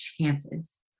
chances